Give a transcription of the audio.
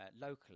locally